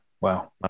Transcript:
Wow